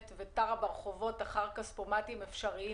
ותרה ברחובות אחר כספומטים אפשריים,